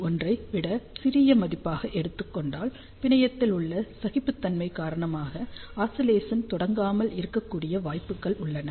1 ஐ விட சிறிய மதிப்பாக எடுத்துக் கொண்டால் பிணையத்தில் உள்ள சகிப்புத்தன்மை காரணமாக ஆஸிலேசன் தொடங்காமல் இருக்கக்கூடிய வாய்ப்புகள் உள்ளன